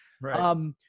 Right